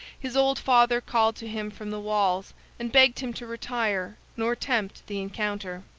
his old father called to him from the walls and begged him to retire nor tempt the encounter.